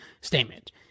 statement